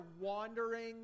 wandering